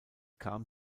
kam